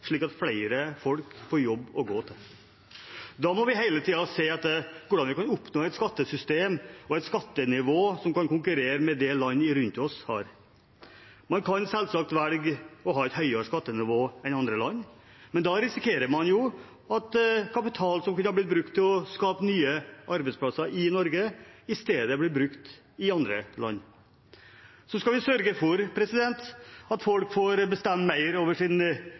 slik at flere folk får jobb å gå til. Da må vi hele tiden se etter hvordan vi kan oppnå et skattesystem og et skattenivå som kan konkurrere med det land rundt oss har. Man kan selvsagt velge å ha et høyere skattenivå enn andre land, men da risikerer man jo at kapital som kunne ha blitt brukt til å skape nye arbeidsplasser i Norge, i stedet blir brukt i andre land. Så skal vi sørge for at folk får bestemme mer over